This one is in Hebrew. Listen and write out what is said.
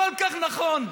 כל כך נכון,